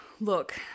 look